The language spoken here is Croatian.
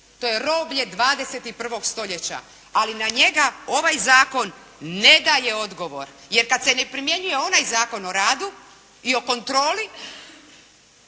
To je roblje 21. stoljeća ali na njega ovaj zakon ne daje odgovor jer kad se ne primjenjuje onaj Zakon o radu i o kontroli